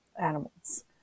animals